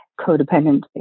codependency